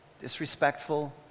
disrespectful